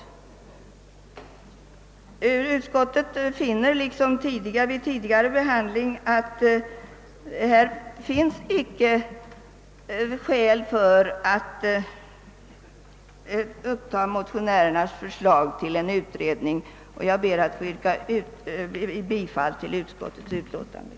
Utskottet anser nu liksom vid tidigare behandling av ärendet, att det inte finns skäl att ta upp motionärernas för slag till utredning, och jag ber att få yrka bifall till utskottets hemställan.